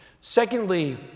Secondly